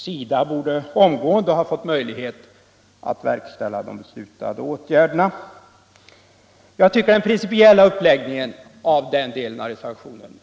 SIDA borde omgående ha fått möjlighet att verkställa de beslutade åtgärderna, sägs det i reservationen.